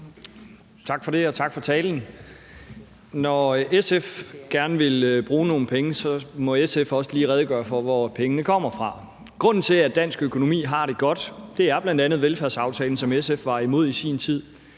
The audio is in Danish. Tak for det, og tak for talen. Når SF gerne vil bruge nogle penge, må SF også lige redegøre for, hvor pengene kommer fra. Grunden til, at dansk økonomi har det godt, er bl.a. velfærdsaftalen, som SF i sin tid